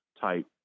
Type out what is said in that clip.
type